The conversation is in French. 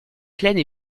plaines